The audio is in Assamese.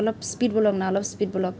অলপ স্পীড ব'লক না অলপ স্পীড ব'লক